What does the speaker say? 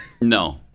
No